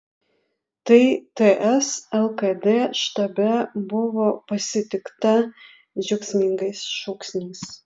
tai ts lkd štabe buvo pasitikta džiaugsmingais šūksniais